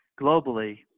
globally